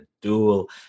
dual